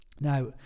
now